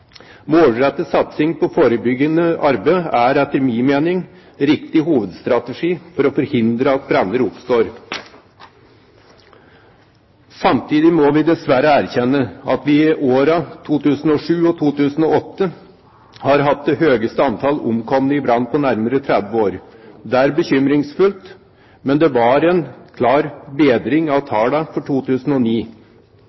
Målrettet satsing på forebyggende arbeid er etter min mening en riktig hovedstrategi for å forhindre at branner oppstår. Samtidig må vi dessverre erkjenne at vi i årene 2007 og 2008 hadde det høyeste antallet omkomne i brann på nærmere 30 år. Det er bekymringsfullt, men det var en klar bedring av